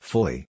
Fully